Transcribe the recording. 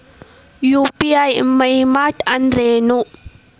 UPI ವಹಿವಾಟ್ ಅಂದ್ರೇನು?